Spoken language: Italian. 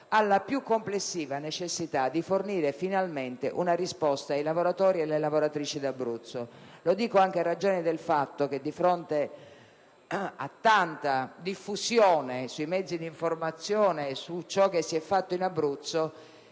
lavoro. Sesto: fornire finalmente una risposta ai lavoratori e alle lavoratrici d'Abruzzo. Lo dico anche in ragione del fatto che di fronte a tanta diffusione sui mezzi di informazione su ciò che si è fatto in Abruzzo,